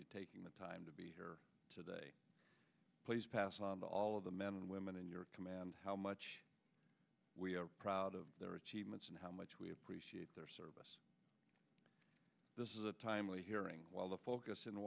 you taking the time to be here today please pass all of the men and women in your command how much we are proud of their achievements and how much we appreciate their service this is a timely hearing while the focus in